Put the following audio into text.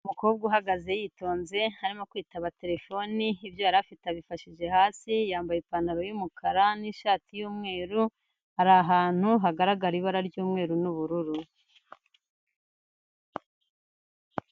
Umukobwa uhagaze yitonze, arimo kwitaba terefone, ibyo yari afite abifashije hasi, yambaye ipantaro y'umukara n'ishati y'umweru, ari ahantu hagaragara ibara ry'umweru n'ubururu.